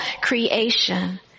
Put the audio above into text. creation